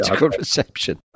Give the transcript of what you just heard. reception